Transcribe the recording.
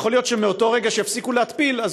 יכול להיות שמאותו רגע שיפסיקו להתפיל אז